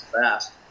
fast